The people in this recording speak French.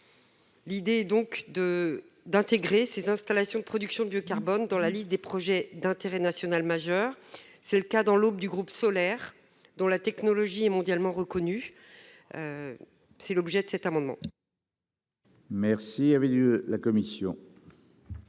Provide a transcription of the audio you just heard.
L'idée donc de d'intégrer ces installations de production du carbone dans la liste des projets d'intérêt national majeur, c'est le cas dans l'Aube du groupe solaire dont la technologie est mondialement reconnu. C'est l'objet de cet amendement.